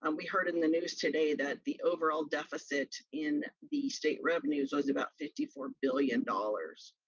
um we heard in in the news today that the overall deficit in the state revenues was about fifty four billion dollars.